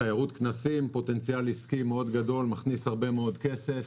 תיירות כנסים פוטנציאל עסקי מאוד גדול שמכניס הרבה מאוד כסף.